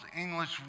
English